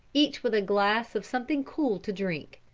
each with a glass of something cool to drink.